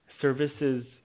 Services